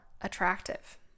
attractive